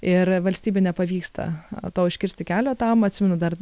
ir valstybei nepavyksta to užkirsti kelio tam atsimenu dar